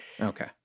Okay